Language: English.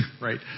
right